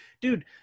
dude